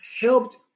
helped